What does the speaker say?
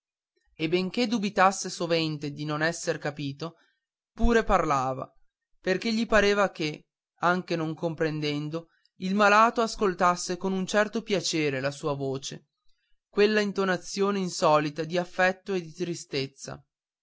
e benché dubitasse sovente di non esser capito pure parlava perché gli pareva che anche non comprendendo il malato ascoltasse con un certo piacere la sua voce quell'intonazione insolita di affetto e di tristezza